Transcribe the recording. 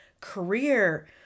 career